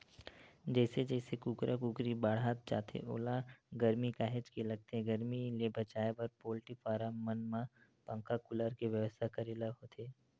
जइसे जइसे कुकरा कुकरी बाड़हत जाथे ओला गरमी काहेच के लगथे गरमी ले बचाए बर पोल्टी फारम मन म पंखा कूलर के बेवस्था करे ल होथे